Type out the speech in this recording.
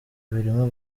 birimo